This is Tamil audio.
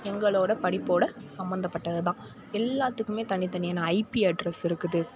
எங்களோட படிப்போடு சம்பந்தப்பட்டதுதான் எல்லாத்துக்குமே தனித்தனியான ஐபி அட்ரஸ் இருக்குது